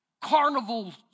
carnival's